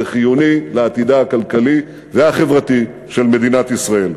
זה חיוני לעתידה הכלכלי והחברתי של מדינת ישראל.